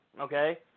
okay